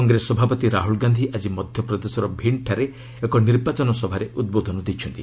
କଂଗ୍ରେସ ସଭାପତି ରାହୁଲ ଗାନ୍ଧି ଆଜି ମଧ୍ୟପ୍ରଦେଶର ଭିଣ୍ଡ୍ ଠାରେ ଏକ ନିର୍ବାଚନ ସଭାରେ ଉଦ୍ବୋଧନ ଦେଇଛନ୍ତି